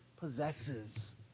possesses